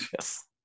Yes